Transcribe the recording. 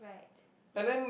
right yuo